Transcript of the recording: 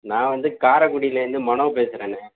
நான் வந்து காரைக்குடிலேருந்து மனோ பேசுகிறேண்ணே